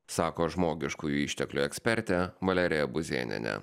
sako žmogiškųjų išteklių ekspertė valerija buzėnienė